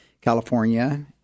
California